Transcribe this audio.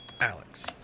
Alex